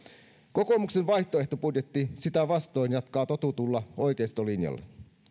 kokoomuksen vaihtoehtobudjetti sitä vastoin jatkaa totutulla oikeistolinjalla